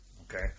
okay